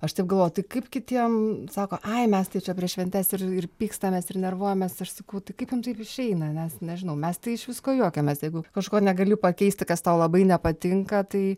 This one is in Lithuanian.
aš taip galvoju tai kaip kitiem sako aj mes tai čia prieš šventes ir ir pykstamės ir nervuojamės aš sakau tai kaip jum taip išeina nes nežinau mes tai iš visko juokiamės jeigu kažko negaliu pakeisti kas tau labai nepatinka tai